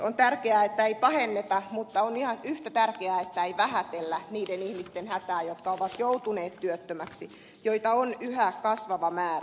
on tärkeää että ei pahenneta mutta on ihan yhtä tärkeää että ei vähätellä niiden ihmisten hätää jotka ovat joutuneet työttömiksi joita on yhä kasvava määrä